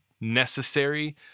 necessary